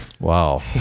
wow